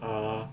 uh